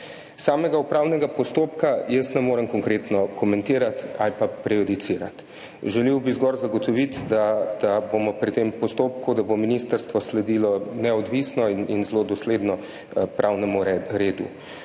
Samega upravnega postopka jaz ne morem konkretno komentirati ali pa prejudicirati. Želel bi zgolj zagotoviti, da bomo pri tem postopku, da bo ministrstvo sledilo neodvisno in zelo dosledno pravnemu redu.